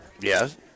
Yes